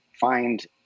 find